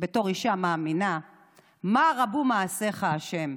בתור אישה מאמינה, מה רבו מעשיך ה'.